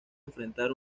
enfrentar